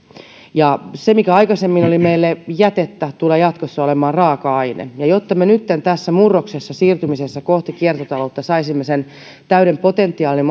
se mikä aikaisemmin oli meille jätettä tulee jatkossa olemaan raaka aine jotta me nytten tässä murroksessa siirtymisessä kohti kiertotaloutta saisimme sen täyden potentiaalin